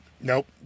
Nope